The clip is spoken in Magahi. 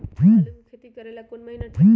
आलू के खेती करेला कौन महीना ठीक होई?